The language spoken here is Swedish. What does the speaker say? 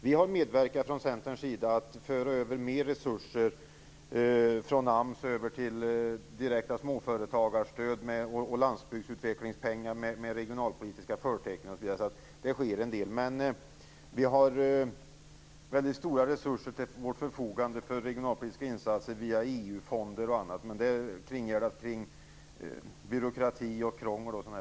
Vi i Centern har medverkat till att föra över mer resurser från AMS till direkta småföretagarstöd och landsbygdsutvecklingspengar med regionalpolitiska förtecken. Så det sker en del. Vi har också stora resurser för regionalpolitiska insatser till vårt förfogande via EU-fonder. Men det är kringgärdat av byråkrati och krångel.